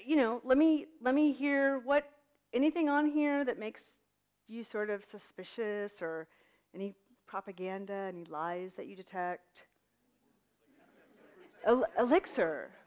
you know let me let me hear what anything on here that makes you sort of suspicious or any propaganda and lies that you detect a licks